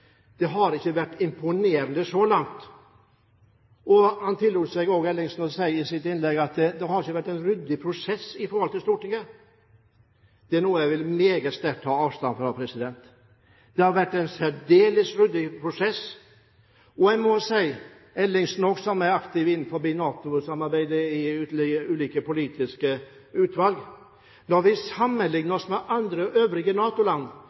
ikke har vært imponerende, så langt. Han tillot seg også å si i sitt innlegg at det ikke har vært en ryddig prosess i forhold til Stortinget. Det er noe jeg meget sterkt vil ta avstand fra. Det har vært en særdeles ryddig prosess, og jeg må si til Ellingsen, som også er aktiv innenfor NATO-samarbeidet i ulike politiske utvalg: Når vi sammenligner oss med øvrige